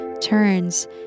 turns